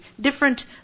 different